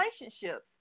relationships